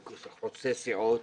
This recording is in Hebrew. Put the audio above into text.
זה חוצה סיעות,